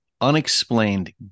unexplained